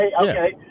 okay